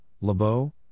Lebeau